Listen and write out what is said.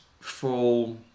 full